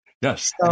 Yes